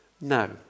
No